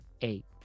Eight